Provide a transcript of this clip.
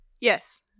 yes